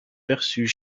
perçus